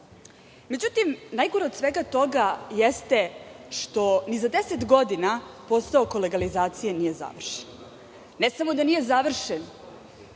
nalaze.Međutim, najgore od svega toga je što ni za 10 godina posao oko legalizacije nije završen, ne samo da nije završen,